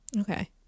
Okay